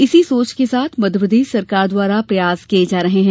इसी सोच के साथ मध्यप्रदेश सरकार द्वारा प्रयास किये जा रहे हैं